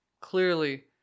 clearly